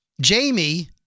Jamie